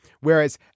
whereas